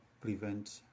prevent